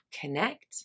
connect